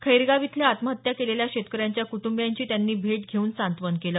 खैरगाव इथल्या आत्महत्या केलेल्या शेतकऱ्याच्या कुटुंबियाची त्यांनी भेट घेऊन सांत्वन केलं